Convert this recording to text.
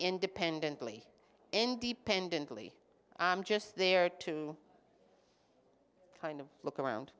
independently independently i'm just there to kind of look around